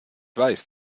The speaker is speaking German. weiß